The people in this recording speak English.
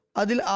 adil